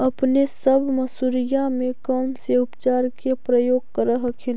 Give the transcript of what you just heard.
अपने सब मसुरिया मे कौन से उपचार के प्रयोग कर हखिन?